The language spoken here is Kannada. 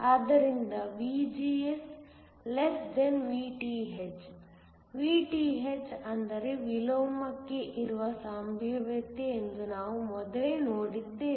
ಆದ್ದರಿಂದ VGS Vth Vth ಅಂದರೆ ವಿಲೋಮಕ್ಕೆ ಇರುವ ಸಂಭಾವ್ಯತೆ ಎಂದು ನಾವು ಮೊದಲೇ ನೋಡಿದ್ದೇವೆ